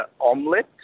Omelette